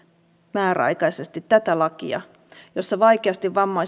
määräaikaisesti tätä lakia jossa vaikeasti vammaiset